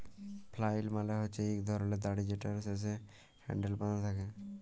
flail মালে হছে ইক ধরলের দড়ি যেটর শেষে হ্যালডেল বাঁধা থ্যাকে